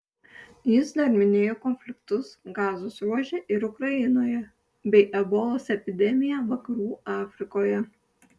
jis dar minėjo konfliktus gazos ruože ir ukrainoje bei ebolos epidemiją vakarų afrikoje